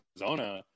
Arizona